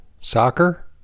soccer